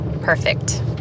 perfect